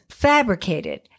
fabricated